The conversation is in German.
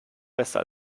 besser